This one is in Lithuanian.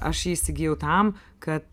aš jį įsigijau tam kad